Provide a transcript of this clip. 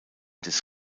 des